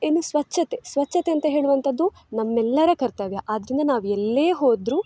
ಇನ್ನು ಸ್ವಚ್ಛತೆ ಸ್ವಚ್ಛತೆ ಅಂತ ಹೇಳುವಂತದ್ದು ನಮ್ಮೆಲ್ಲರ ಕರ್ತವ್ಯ ಆದ್ದರಿಂದ ನಾವು ಎಲ್ಲೇ ಹೋದರು